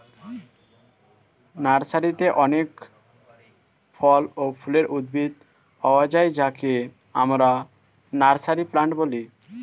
নার্সারিতে অনেক ফল ও ফুলের উদ্ভিদ পাওয়া যায় যাকে আমরা নার্সারি প্লান্ট বলি